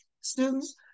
students